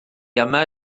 yma